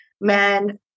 men